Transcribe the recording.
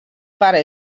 pare